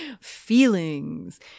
Feelings